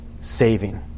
saving